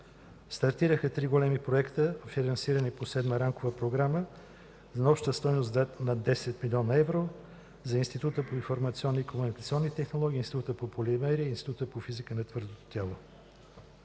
Стартираха три големи проекта, финансирани по Седма рамкова програма на обща стойност над 10 млн. евро за Института по информационни и комуникационни технологии, Института по полимери и Института по физика на твърдото тяло.